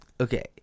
Okay